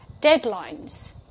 deadlines